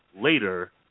later